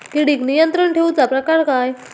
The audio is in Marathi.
किडिक नियंत्रण ठेवुचा प्रकार काय?